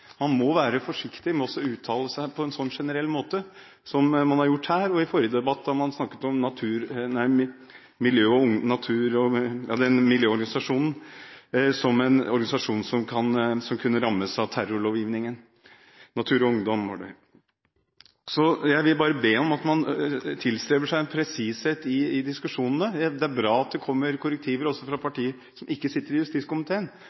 man ikke lenger om man kan snakke privat over telefon eller i rom. Man må være forsiktig med å uttale seg på en så generell måte som man har gjort her og i forrige debatt, da man snakket om Natur og Ungdom som en organisasjon som kunne rammes av terrorlovgivningen. Jeg vil bare be om at man tilstreber seg en presishet i diskusjonene. Det er bra at det kommer korrektiver også fra partier som ikke sitter i justiskomiteen,